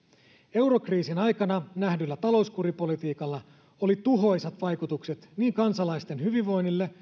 eurokriisin aikana nähdyllä talouskuripolitiikalla oli tuhoisat vaikutukset niin kansalaisten hyvinvointiin